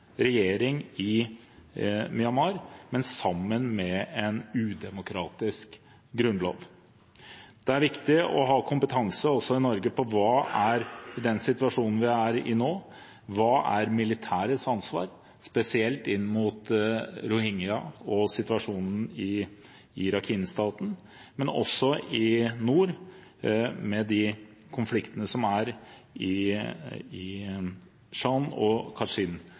regjering i Myanmar, men sammen med en udemokratisk grunnlov. Det er viktig i den situasjonen vi er i nå, å ha kompetanse også i Norge på hva som er militærets ansvar – spesielt inn mot rohingyaene og situasjonen i Rakhine-staten, men også i nord med de konfliktene som er i delstatene Shan og